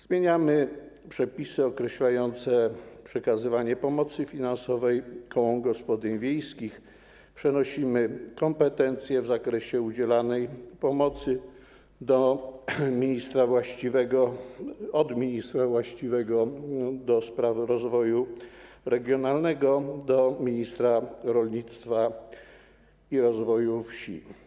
Zmieniamy przepisy określające przekazywanie pomocy finansowej kołom gospodyń wiejskich, przenosimy kompetencje w zakresie udzielania pomocy z ministra właściwego do spraw rozwoju regionalnego na ministra rolnictwa i rozwoju wsi.